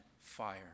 fire